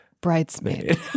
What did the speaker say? bridesmaid